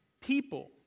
people